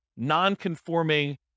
non-conforming